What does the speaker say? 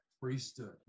priesthood